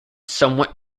somewhat